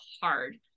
hard